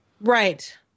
right